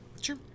sure